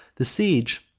the siege,